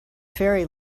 ferry